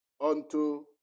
unto